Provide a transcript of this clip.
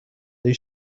they